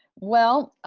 well,